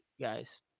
guys